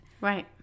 right